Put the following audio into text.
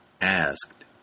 asked